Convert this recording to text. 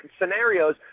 scenarios